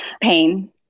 pain